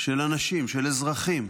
של אנשים, של אזרחים,